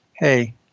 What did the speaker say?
Hey